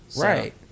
Right